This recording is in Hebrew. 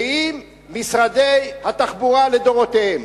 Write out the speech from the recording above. שאם משרדי התחבורה לדורותיהם